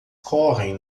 correm